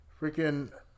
Freaking